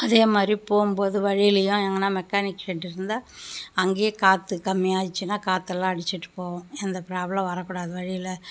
அதே மாதிரி போகும்போது வழிலேயும் எங்கேனா மெக்கானிக் செட் இருந்தால் அங்கேயே காற்று கம்மியாச்சுனா காற்றெல்லாம் அடிச்சுட்டு போவோம் எந்த பிராப்ளம் வரக்கூடாது வழியில்